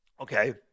Okay